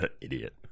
Idiot